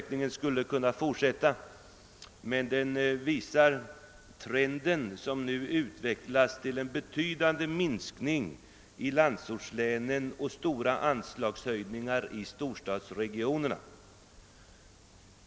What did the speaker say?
Jag skulle kunna fortsätta uppräkningen, men redan dessa exempel visar den trend som har utvecklats mot en betydande minskning i landsortslänen och stora anslagshöjningar i storstadsregionerna.